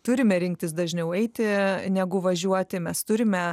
turime rinktis dažniau eiti negu važiuoti mes turime